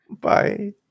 Bye